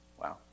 Wow